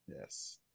Yes